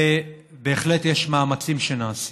ובהחלט מאמצים נעשים,